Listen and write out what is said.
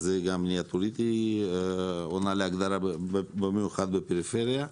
אז זה גם עונה להגדרה במיוחד בפריפריה.